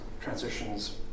transitions